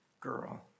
girl